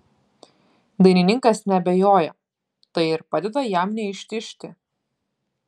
dainininkas neabejoja tai ir padeda jam neištižti